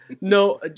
No